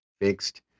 fixed